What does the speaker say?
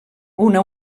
una